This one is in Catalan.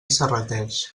serrateix